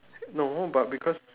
no but because